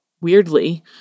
weirdly